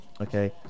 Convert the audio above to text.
Okay